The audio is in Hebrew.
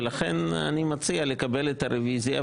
לכן אני מציע לקבל את הרוויזיה,